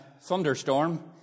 thunderstorm